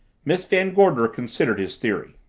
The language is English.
miss van gorder considered his theory.